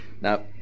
Now